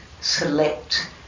select